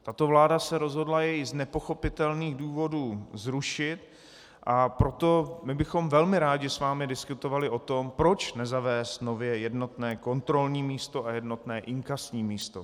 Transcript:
Tato vláda se rozhodla jej z nepochopitelných důvodů zrušit, a proto my bychom velmi rádi s vámi diskutovali o tom, proč nezavést nově jednotné kontrolní místo a jednotné inkasní místo.